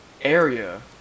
area